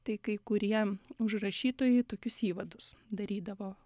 tai kai kurie užrašytojai tokius įvadus darydavo